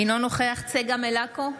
אינו נוכח צגה מלקו,